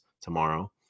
tomorrow